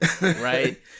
right